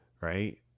right